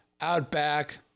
outback